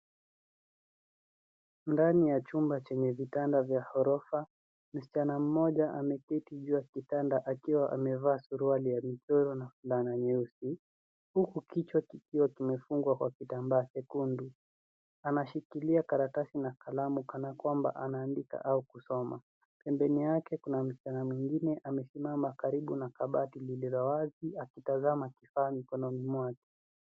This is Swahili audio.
Ndani ya chumba chenye vitanda vya orofa, msichana mmoja ameketi juu ya kitanda akiwa amevaa suruali ya michoro na fulana nyeusi huku kichwa kikiwa kimefungwa kwa kitambaa chekundu. Anashikilia karatasi na kalamu kanakwamba anaandika au kusoma. Pembeni yake kuna msichana mwingine amesimama karibu na kabati lililowazi akitazama kifaa mikononi mwake.